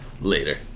later